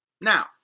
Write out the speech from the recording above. Now